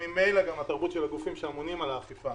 וממילא גם התרבות של הגופים שאמונים על האכיפה,